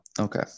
okay